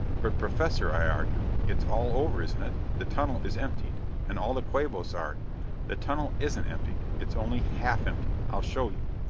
but, professor, i argued, it's all over, isn't it? the tunnel is emptied, and all the quabos are the tunnel isn't emptied. it's only half emptied! i'll show you.